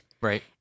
Right